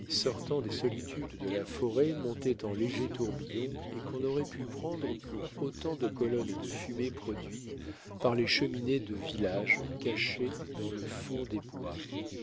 sortant des solitudes de la forêt montaient en légers tourbillons et qu'on aurait pu prendre pour autant de colonnes de fumée produites par les cheminées de villages cachés dans le fond des bois